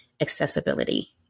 accessibility